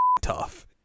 tough